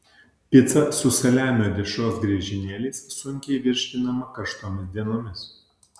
pica su saliamio dešros griežinėliais sunkiai virškinama karštomis dienomis